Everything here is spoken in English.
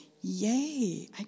yay